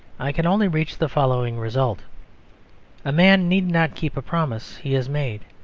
i can only reach the following result a man need not keep a promise he has made.